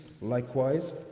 likewise